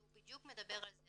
שהוא בדיוק מדבר על זה,